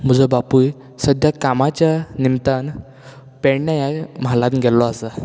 म्हजो बापूय सद्द्या कामाच्या निमतान पेडण्यां ह्या म्हालान गेल्लो आसा